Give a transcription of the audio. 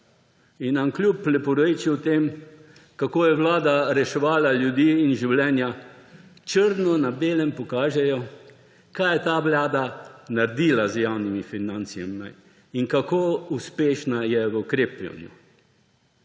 in nam kljub leporečju o tem, kako je vlada reševala ljudi in življenja, črno na belem pokažejo, kaj je ta vlada naredila z javnimi financami in kako uspešna je pri ukrepanju.